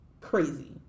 crazy